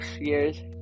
years